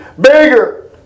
bigger